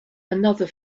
another